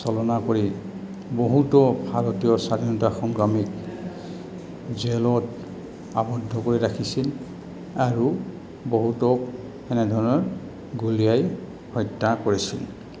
চলনা কৰি বহুতো ভাৰতীয় স্বাধীনতা সংগ্ৰামীক জেলত আবদ্ধ কৰি ৰাখিছিল আৰু বহুতক এনেধৰণৰ গুলীয়াই হত্যা কৰিছিল